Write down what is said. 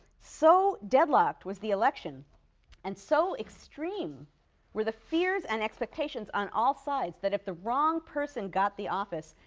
so deadlocked was the election and so extreme were the fears and expectations on all sides that if the wrong person got the office,